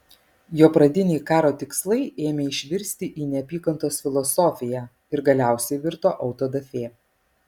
jo pradiniai karo tikslai ėmė išvirsti į neapykantos filosofiją ir galiausiai virto autodafė